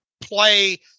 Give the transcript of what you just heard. play